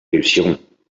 réussirons